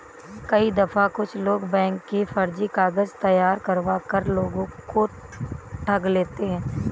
कई दफा कुछ लोग बैंक के फर्जी कागज तैयार करवा कर लोगों को ठग लेते हैं